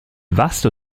vasto